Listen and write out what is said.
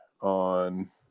on